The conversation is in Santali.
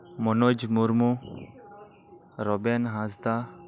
ᱢᱚᱱᱚᱡ ᱢᱩᱨᱢᱩ ᱨᱚᱵᱮᱱ ᱦᱟᱸᱥᱫᱟ